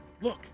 Look